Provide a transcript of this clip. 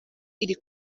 iri